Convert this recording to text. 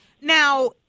Now